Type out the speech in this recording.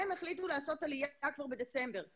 הם החליטו לעשות עלייה כבר בדצמבר האחרון.